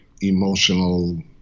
emotional